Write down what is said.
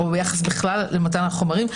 החומרים, או בכלל ביחס למתן החומרים.